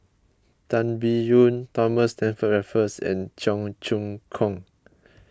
Tan Biyun Thomas Stamford Raffles and Cheong Choong Kong